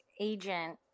agent